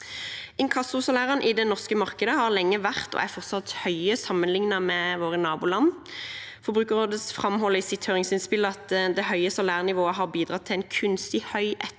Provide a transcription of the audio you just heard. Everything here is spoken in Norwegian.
Inkassosalærene i det norske markedet har lenge vært, og er fortsatt, høye sammenlignet med våre naboland. Forbrukerrådet framholder i sitt høringsinnspill at det høye salærnivået har bidratt til en kunstig høy etterspørsel